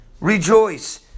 rejoice